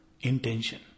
intention